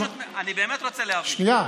באמת רוצה להבין, שנייה.